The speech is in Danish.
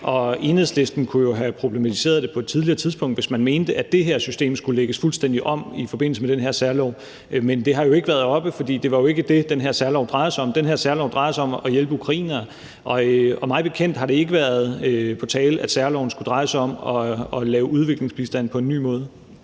Enhedslisten kunne jo have problematiseret det på et tidligere tidspunkt, hvis man mente, at det her system skulle lægges fuldstændig om i forbindelse med den her særlov, men det har jo ikke været oppe, for det er jo ikke det, den her særlov drejer sig om. Den her særlov drejer sig om at hjælpe ukrainere, og mig bekendt har det ikke været på tale, at særloven skulle dreje sig om at lave udviklingsbistand på en ny måde.